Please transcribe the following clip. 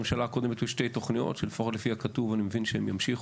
בממשלה הקודמת היו שתי תוכניות שלפחות על פי הכתוב אני מבין שהן ימשיכו.